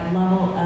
level